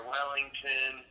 Wellington